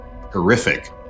Horrific